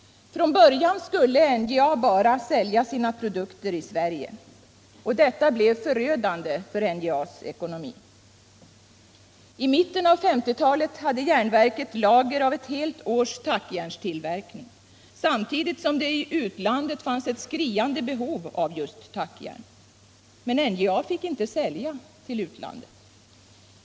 Från början skulle NJA bara sälja sina produkter i Sverige. Detta blev förödande för NJA:s ekonomi. I mitten av 1950-talet hade järnverket lager av ett helt års tackjärnstillverkning, samtidigt som det i utlandet fanns ett skriande behov av just tackjärn. Men NJA fick inte sälja till utlandet.